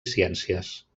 ciències